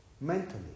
mentally